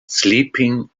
sleeping